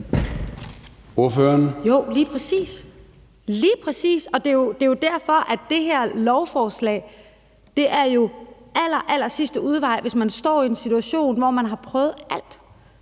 Ordføreren. Kl. 23:57 Rosa Eriksen (M): Lige præcis. Og det er jo derfor, at det her lovforslag er allerallersidste udvej, hvis man står i en situation, hvor man har prøvet alt,